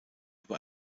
über